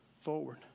forward